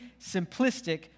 simplistic